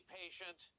patient